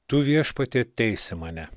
tu viešpatie teisi mane